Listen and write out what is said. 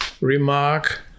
remark